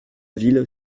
ville